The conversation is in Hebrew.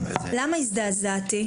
למה הזדעזעתי?